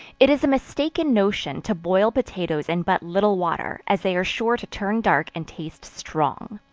it is a mistaken notion, to boil potatoes in but little water, as they are sure to turn dark and taste strong.